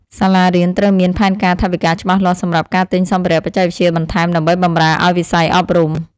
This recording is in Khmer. សាលារៀនត្រូវមានផែនការថវិកាច្បាស់លាស់សម្រាប់ការទិញសម្ភារៈបច្ចេកវិទ្យាបន្ថែមដើម្បីបម្រើឱ្យវិស័យអប់រំ។